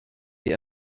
die